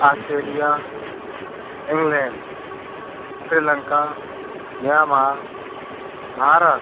Australia England Sri Lanka Myanmar Bharat